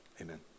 amen